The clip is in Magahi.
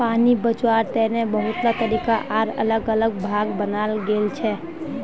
पानी बचवार तने बहुतला तरीका आर अलग अलग भाग बनाल गेल छे